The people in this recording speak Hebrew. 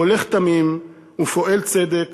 הולך תמים ופֹעל צדק